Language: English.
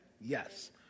Yes